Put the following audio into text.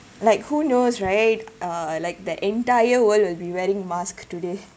like who knows right uh like the entire world would be wearing mask today